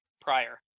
prior